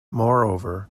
moreover